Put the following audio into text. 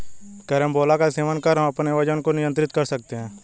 carambola का सेवन कर हम अपने वजन को नियंत्रित कर सकते हैं